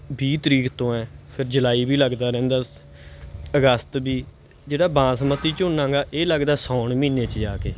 ਵੀਹ ਤਰੀਕ ਤੋਂ ਹੈ ਫੇਰ ਜੁਲਾਈ ਵੀ ਲੱਗਦਾ ਰਹਿੰਦਾ ਅਗਸਤ ਵੀ ਜਿਹੜਾ ਬਾਸਮਤੀ ਝੋਨਾ ਗਾ ਇਹ ਲੱਗਦਾ ਸਾਉਣ ਮਹੀਨੇ 'ਚ ਜਾ ਕੇ